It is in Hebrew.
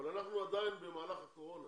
אבל אנחנו עדיין במהלך הקורונה